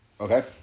Okay